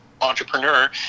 entrepreneur